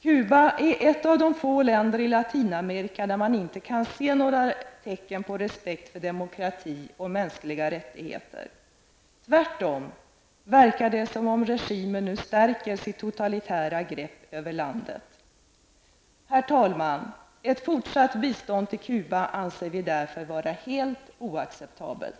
Cuba är ett av de få länder i Latinamerika där man inte kan se några tecken på respekt för demokrati och mänskliga rättigheter. Det verkar tvärtom som om regimen nu stärker sitt totalitära grepp över landet. Herr talman! Ett fortsatt bistånd till Cuba anser vi därför vara helt oacceptabelt.